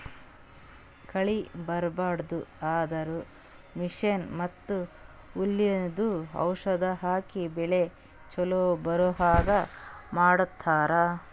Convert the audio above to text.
ಕಳಿ ಬರ್ಬಾಡದು ಅಂದ್ರ ಮಷೀನ್ ಮತ್ತ್ ಹುಲ್ಲಿಂದು ಔಷಧ್ ಹಾಕಿ ಬೆಳಿ ಚೊಲೋ ಬರಹಂಗ್ ಮಾಡತ್ತರ್